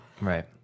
Right